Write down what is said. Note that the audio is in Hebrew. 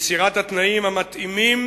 ליצירת התנאים המתאימים